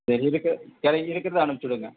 சரி இருக்கற சரி இருக்கிறத அனுப்புச்சி விடுங்க